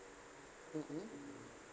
mm mm